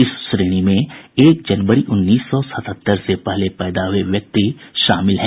इस श्रेणी में एक जनवरी उन्नीस सौ सतहत्तर से पहले पैदा हुए व्यक्ति शामिल हैं